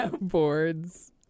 Boards